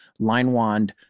Linewand